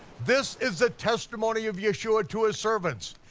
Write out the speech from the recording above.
this is the testimony of yeshua to his servants.